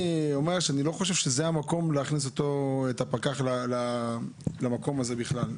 לדעתי זה לא המקום להכניס את הפקח למקום הזה בכלל.